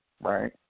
right